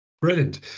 Brilliant